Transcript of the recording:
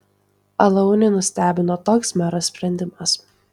alaunį nustebino toks mero sprendimas